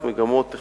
היתה מגמה שגויה